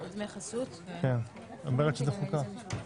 מי בעד העברת החוק לוועדת החוקה,